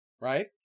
right